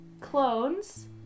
clones